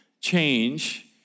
change